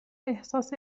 احساس